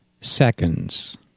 seconds